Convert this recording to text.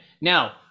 Now